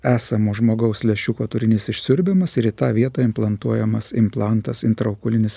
esamo žmogaus lęšiuko turinys išsiurbiamas ir į tą vietą implantuojamas implantas intraokulinis